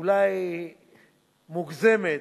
אולי מוגזמת,